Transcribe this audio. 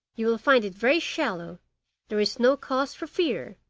you will find it very shallow there is no cause for fear.